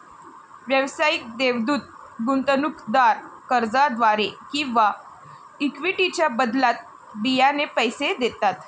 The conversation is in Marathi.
व्यावसायिक देवदूत गुंतवणूकदार कर्जाद्वारे किंवा इक्विटीच्या बदल्यात बियाणे पैसे देतात